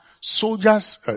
soldiers